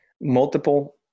Multiple